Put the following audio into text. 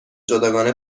جداگانه